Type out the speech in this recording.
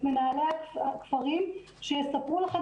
את מנהלי הכפרים שיספרו לכם,